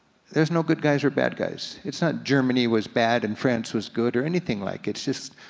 there's no good guys or bad guys. it's not germany was bad and france was good, or anything like, it's just,